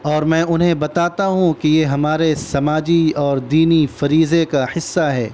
اور میں انہیں بتاتا ہوں کہ یہ ہمارے سماجی اور دینی فریضے کا حصہ ہے